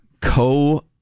Co-